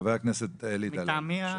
חבר הכנסת אלי דלל, בבקשה.